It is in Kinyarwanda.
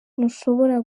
ntushobora